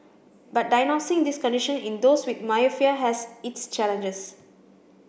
but diagnosing this condition in those with has its challenges